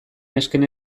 nesken